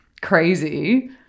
crazy